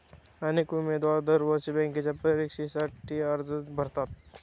अनेक उमेदवार दरवर्षी बँकेच्या परीक्षेसाठी अर्ज भरतात